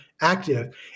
active